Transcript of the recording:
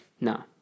No